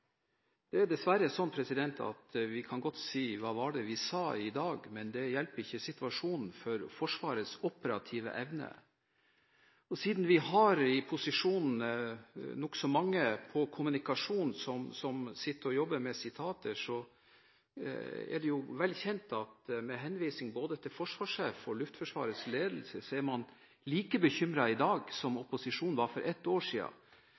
Det er dessverre sånn at vi i dag godt kan si hva var det vi sa, men det hjelper ikke situasjonen for Forsvarets operative evne. Siden posisjonen har nokså mange innen kommunikasjon som sitter og jobber med sitater, er det vel kjent – med henvisning til både forsvarssjef og Luftforsvarets ledelse – at opposisjonen er like bekymret i dag som den var for ett år